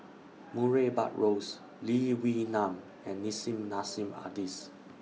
Murray Buttrose Lee Wee Nam and Nissim Nassim Adis